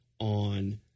on